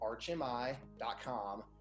archmi.com